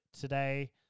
today